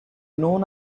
known